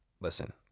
Listen